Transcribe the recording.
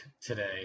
today